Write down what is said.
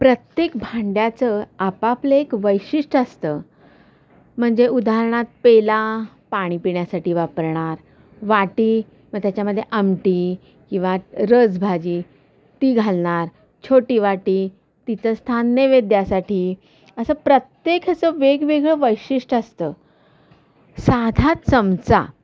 प्रत्येक भांड्याचं आपापले एक वैशिष्ट्य असतं म्हणजे उदाहरणार्थ पेला पाणी पिण्यासाठी वापरणार वाटी मग त्याच्यामध्ये आमटी किंवा रसभाजी ती घालणार छोटी वाटी तिचं स्थान नैवेद्यासाठी असं प्रत्येक असं वेगवेगळं वैशिष्ट्य असतं साधा चमचा